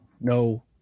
no